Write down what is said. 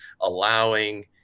allowing –